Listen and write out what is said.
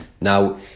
Now